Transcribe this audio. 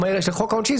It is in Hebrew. לחוק העונשין,